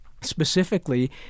specifically